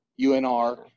UNR